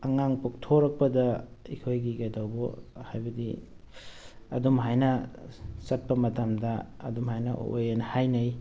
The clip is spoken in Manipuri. ꯑꯉꯥꯡ ꯄꯣꯛꯊꯣꯔꯛꯄꯗ ꯑꯩꯈꯣꯏꯒꯤ ꯀꯩꯗꯧꯕ ꯍꯥꯏꯕꯗꯤ ꯑꯗꯨꯝꯍꯥꯏꯅ ꯆꯠꯄ ꯃꯇꯝꯗ ꯑꯗꯨꯝꯍꯥꯏꯅ ꯑꯣꯛꯑꯦꯅ ꯍꯥꯏꯅꯩ